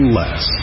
less